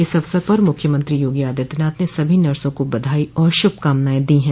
इस अवसर पर मुख्यमंत्री योगी आदित्यनाथ ने सभी नर्सो को बधाई और श्रभकामनाएं दी है